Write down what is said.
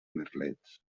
merlets